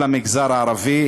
כל המגזר הערבי